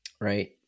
right